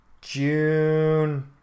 June